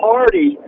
Party